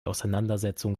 auseinandersetzung